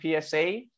PSA